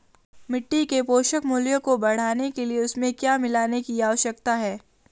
मिट्टी के पोषक मूल्य को बढ़ाने के लिए उसमें क्या मिलाने की आवश्यकता है?